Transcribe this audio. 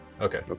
Okay